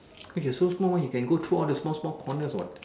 if you are so small one you can go through all the small small corners what